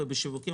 ובשיווקים